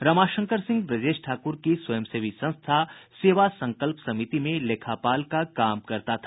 रमाशंकर सिंह ब्रजेश ठाकुर की स्वयं सेवी संस्था सेवा संकल्प समिति में लेखापाल का काम करता था